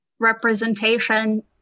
representation